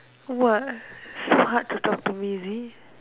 what so hard to talk to me is it